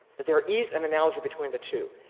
that there is an analogy between the two.